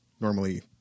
Normally